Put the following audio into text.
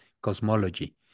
cosmology